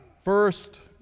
first